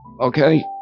okay